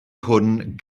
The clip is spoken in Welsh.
hwn